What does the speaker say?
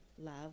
love